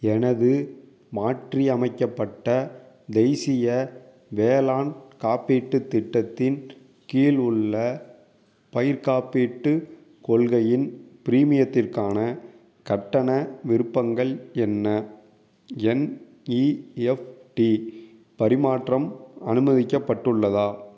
எனது மாற்றியமைக்கப்பட்ட தேசிய வேளாண் காப்பீட்டுத் திட்டத்தின் கீழ் உள்ள பயிர்க் காப்பீட்டு கொள்கையின் பிரீமியத்திற்கான கட்டண விருப்பங்கள் என்ன என்ஈஎஃப்டி பரிமாற்றம் அனுமதிக்கப்பட்டுள்ளதா